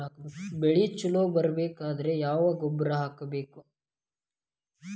ಬೆಳಿ ಛಲೋ ಬರಬೇಕಾದರ ಯಾವ ಗೊಬ್ಬರ ಹಾಕಬೇಕು?